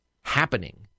happening